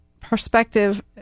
perspective